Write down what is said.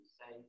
say